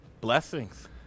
Blessings